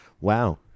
Wow